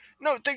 No